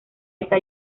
está